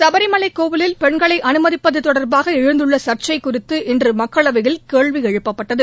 சபரிமலை கோவிலில் பெண்களை அனுமதிப்பது தொடர்பாக எழுந்துள்ள சர்ச்சை குறித்து இன்று மக்களவையில் கேள்வி எழுப்பப்பட்டது